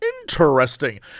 interesting